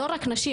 לא רק נשים,